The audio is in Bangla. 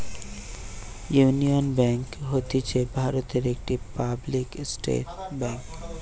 ইউনিয়ন বেঙ্ক হতিছে ভারতের একটি পাবলিক সেক্টর বেঙ্ক